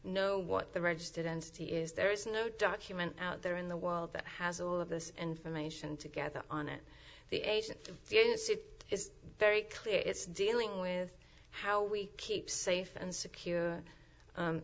what the registered entity is there is no document out there in the world that has all of this information together on it the agent didn't see it is very clear it's dealing with how we keep safe and secure